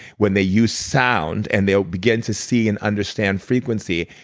when they use sound and they'll begin to see and understand frequency,